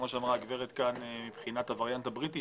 כמו שאמרה נציגת משרד הבריאות,